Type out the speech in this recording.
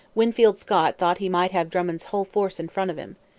winfield scott thought he might have drummond's whole force in front of him.